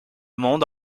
monde